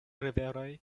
riveroj